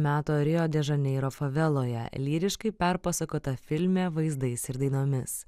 meto rio de žaneiro faveloje lyriškai perpasakota filme vaizdais ir dainomis